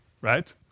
right